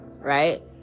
right